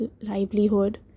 livelihood